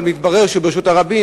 אבל מתברר שברשות הרבים,